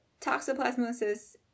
toxoplasmosis